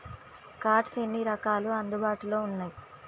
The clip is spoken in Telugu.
కార్డ్స్ ఎన్ని రకాలు అందుబాటులో ఉన్నయి?